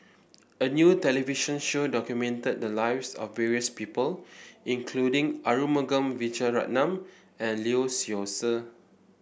a new television show documented the lives of various people including Arumugam Vijiaratnam and Lee Seow Ser